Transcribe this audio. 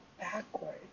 backwards